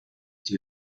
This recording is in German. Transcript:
die